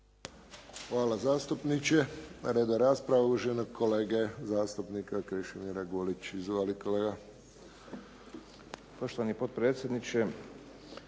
Hvala zastupniče. Na redu je rasprava uvaženog kolege zastupnika Krešimira Gulić. Izvoli kolega.